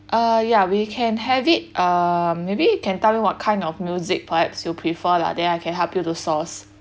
uh ya we can have it uh maybe you can tell me what kind of music perhaps you prefer lah then I can help you to source